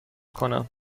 کنم